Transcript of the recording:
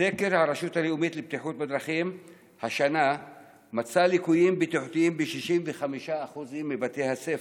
בסקר הרשות הלאומית לבטיחות בדרכים השנה נמצאו ליקויים ב-65% מבתי הספר.